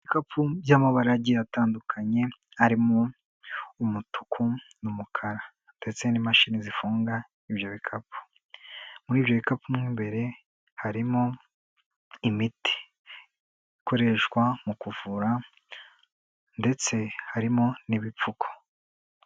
Ibikapu by'amabara agiye atandukanye, arimo umutuku n'umukara ndetse n'imashini zifunga ibyo bikapu, muri ibyo bikapu mu imbere harimo imiti ikoreshwa mu kuvura ndetse harimo n'ibipfuko.